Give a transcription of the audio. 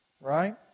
Right